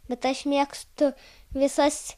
bet aš mėgstu visas